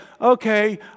okay